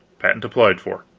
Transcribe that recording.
patent applied for.